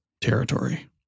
territory